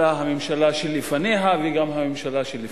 אלא הממשלה שלפניה וגם הממשלה שלפניה.